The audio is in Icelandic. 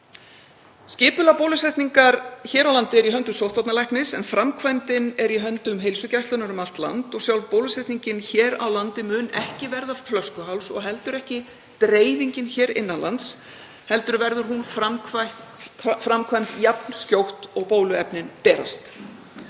Skipulag bólusetningar hér á landi er í höndum sóttvarnalæknis en framkvæmdin er í höndum heilsugæslunnar um allt land og sjálf bólusetningin hér á landi mun ekki verða flöskuháls og heldur ekki dreifingin hér innan lands heldur verður hún framkvæmd jafn skjótt og bóluefnin berast.